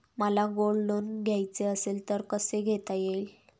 मला gold loan घ्यायचे असेल तर कसे घेता येईल?